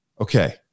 okay